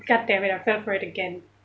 goddammit I fell for it again